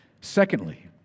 Secondly